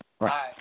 right